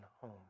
home